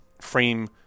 frame